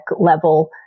level